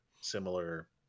similar